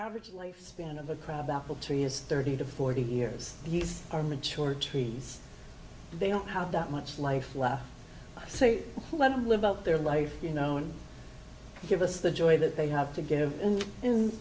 average lifespan of a crab apple tree is thirty to forty years these are mature trees they don't have that much life left i say let them live out their life you know and give us the joy that they have to give